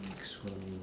next one